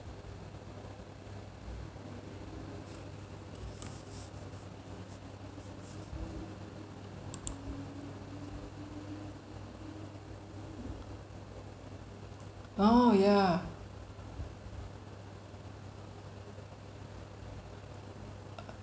oh ya